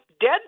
dead